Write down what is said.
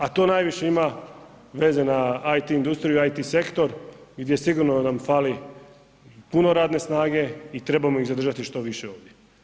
A to najviše ima veze na IT industriju i IT sektor gdje nam sigurno fali puno radne snage i trebamo ih zadržati što više ovdje.